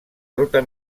ruta